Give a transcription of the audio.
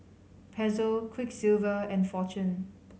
Pezzo Quiksilver and Fortune